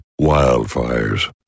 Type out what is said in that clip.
wildfires